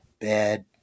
bad